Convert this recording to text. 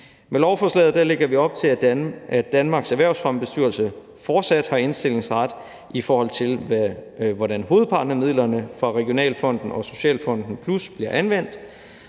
Med lovforslaget lægger vi op til, at Danmarks Erhvervsfremmebestyrelse fortsat har indstillingsret, i forhold til hvordan hovedparten af midlerne fra Regionalfonden og Socialfonden Plus bliver anvendt.